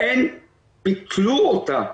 מעין ביטלו אותה.